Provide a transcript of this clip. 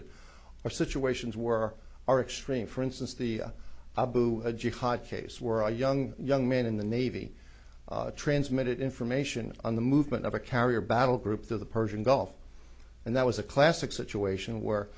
are situations where are extreme for instance the abu jihad case where a young young man in the navy transmitted information on the movement of a carrier battle group to the persian gulf and that was a classic situation where